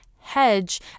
hedge